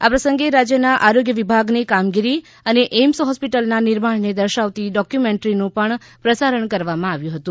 આ પ્રસંગે રાજ્યના આરોગ્ય વિભાગની કામગીરી અને એઈમ્સ હોસ્પીટલના નિર્માણને દર્શાવતી ડોક્યુમેન્ટરીનું પ્રસારણ કરવામાં આવ્યું હતું